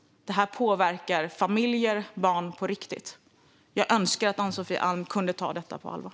Det påverkar familjer och barn på riktigt. Jag önskar att Ann-Sofie Alm kunde ta detta på allvar.